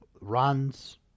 runs